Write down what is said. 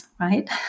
right